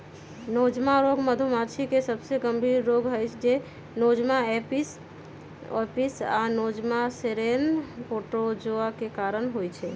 Nosema रोग मधुमाछी के सबसे गंभीर रोग हई जे नोज़ेमा एपिस आ नोज़ेमा सेरेने प्रोटोज़ोआ के कारण होइ छइ